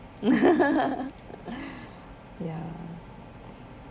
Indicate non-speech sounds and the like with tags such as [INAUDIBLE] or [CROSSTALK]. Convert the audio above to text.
[LAUGHS] ya